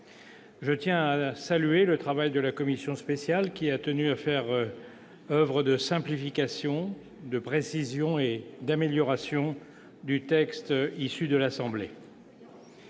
Je tiens à saluer le travail de la commission spéciale, qui a fait oeuvre de simplification, de précision et d'amélioration du texte issu de l'Assemblée